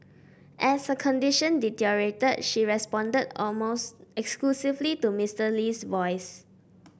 as her condition deteriorated she responded almost exclusively to Mister Lee's voice